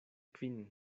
kvin